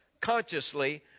consciously